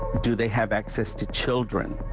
do they have access to children.